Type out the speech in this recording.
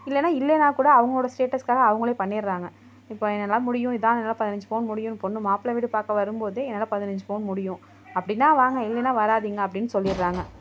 இல்லைனா இல்லைனா கூட அவங்களோட ஸ்டேட்ஸ்க்காக அவங்களே பண்ணிடறாங்க இப்போ என்னால் முடியும் இதான் என்னால் பதினஞ்சு பவுன் முடியும் பொண்ணு மாப்ளை வீடு பார்க்க வரும்போதே என்னால் பதினஞ்சு பவுன் முடியும் அப்படினா வாங்க இல்லைனா வராதீங்க அப்படின் சொல்லிடறாங்க